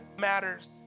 matters